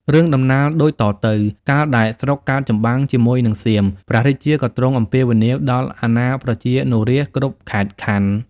រឿងដំណាលដូចតទៅ កាលដែលស្រុកកើតចម្បាំងជាមួយនឹងសៀម ព្រះរាជាក៏ទ្រង់អំពាវនាវដល់អាណាប្រជានុរាស្ត្រគ្រប់ខេត្តខណ្ឌ។